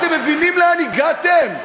אתם מבינים לאן הגעתם?